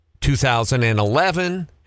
2011